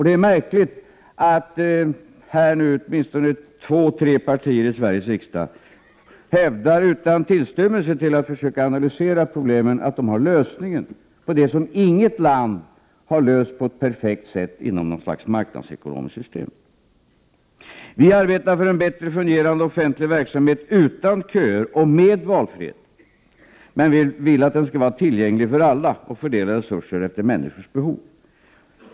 Det är märkligt att här nu åtminstone två — tre partier i Sveriges riksdag hävdar, utan tillstymmelse till att försöka analysera problemen, att de har lösningen på det som inget land har löst på ett perfekt sätt inom något slags marknadsekonomiskt system. Vi arbetar för en bättre fungerande offentlig verksamhet utan köer och med valfrihet, men vi vill att den skall vara tillgänglig för alla och fördela resurser efter människors behov.